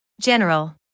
General